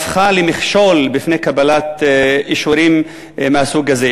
הפכה למכשול בפני קבלת אישורים מהסוג הזה,